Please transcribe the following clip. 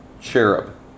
cherub